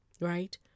right